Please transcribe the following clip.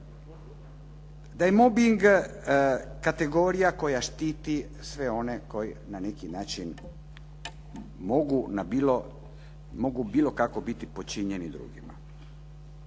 da je mobing kategorija koja štititi sve one koji na neki način mogu bilo kako biti počinjeni drugima.